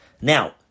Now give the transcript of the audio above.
Now